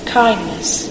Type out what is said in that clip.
kindness